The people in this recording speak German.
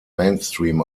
mainstream